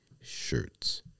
shirts